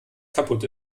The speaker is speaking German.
kaputt